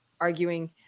arguing